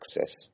access